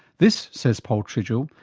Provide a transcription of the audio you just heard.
this, says paul tridgell,